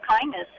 kindness